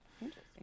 Interesting